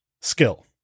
skill